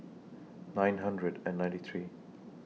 nine hundred and ninety three